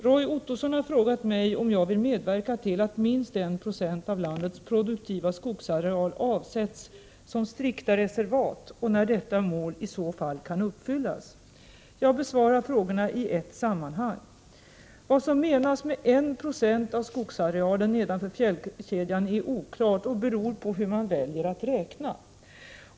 Roy Ottosson har frågat mig om jag vill medverka till att minst 1 90 av landets produktiva skogsareal avsätts som strikta reservat och när detta mål i så fall kan uppfyllas. Jag besvarar frågorna i ett sammanhang. Vad som menas med 1 96 av skogsarealen nedanför fjällkedjan är oklart och beror på hur man väljer att räkna.